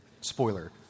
Spoiler